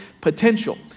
potential